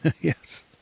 yes